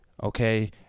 okay